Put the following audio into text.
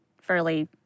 fairly